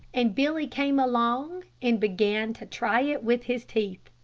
and billy came along and began to try it with his teeth.